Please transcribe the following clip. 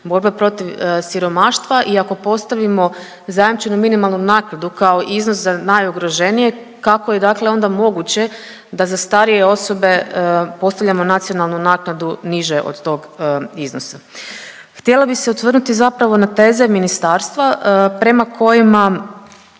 borba protiv siromaštva i ako postavimo zajamčenu minimalnu naknadu kao iznos za najugroženije kako je dakle onda moguće da za starije osobe postavljamo nacionalnu naknadu niže od tog iznosa. Htjela bi se osvrnuti zapravo na teze ministarstva prema kojima